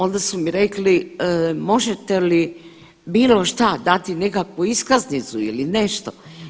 Onda su mi rekli možete li bilo šta dati nekakvu iskaznicu ili nešto.